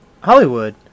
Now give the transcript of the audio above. Hollywood